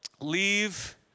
leave